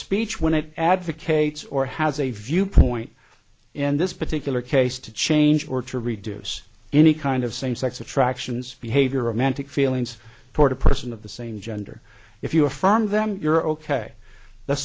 speech when it advocates or has a viewpoint in this particular case to change or to reduce any kind of same sex attractions behavior mantic feelings toward a person of the same gender if you affirm them you're ok the